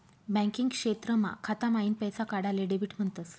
banking क्षेत्रमा खाता माईन पैसा काढाले डेबिट म्हणतस